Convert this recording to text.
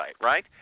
right